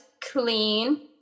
Clean